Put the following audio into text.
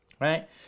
right